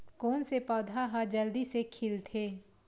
कोन से पौधा ह जल्दी से खिलथे?